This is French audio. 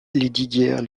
lesdiguières